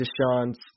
Deshaun's